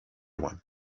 one